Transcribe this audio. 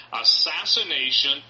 assassination